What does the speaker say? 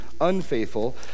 unfaithful